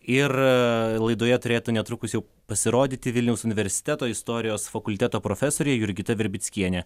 ir laidoje turėtų netrukus jau pasirodyti vilniaus universiteto istorijos fakulteto profesorė jurgita virbickienė